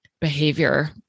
behavior